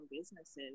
businesses